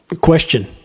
Question